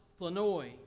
Flannoy